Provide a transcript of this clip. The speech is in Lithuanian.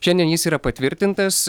šiandien jis yra patvirtintas